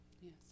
Yes